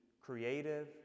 creative